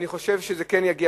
אני חושב שזה כן יגיע,